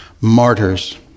Martyrs